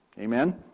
amen